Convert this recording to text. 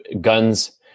guns